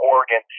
Oregon